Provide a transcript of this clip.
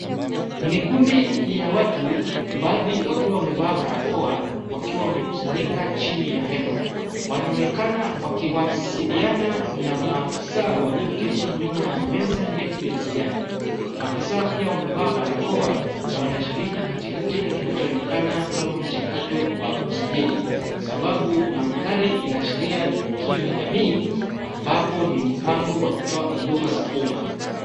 Ni kundi ya watu, baadhi wakiwa wamevaa barakoa, wakiwa wamekusanyika chini ya hema, wanaonekana wakiwasiliana na maafisa walioketi nyuma ya meza ndefu ya kijani. Maafisa pia wamevaa barakoa, na wanashiriki katika kile kinachoonekana kama mchakato wa usajili, kwa sababu mandhari inaashiria tukio la jamii, ambapo ni mpango wa kutoa huduma za umma.